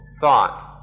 thought